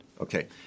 Okay